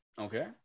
Okay